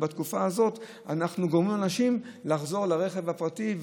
בתקופה הזאת אנחנו גורמים לאנשים לחזור לרכב הפרטי,